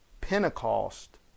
Pentecost